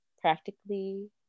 practically